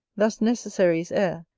thus necessary is air,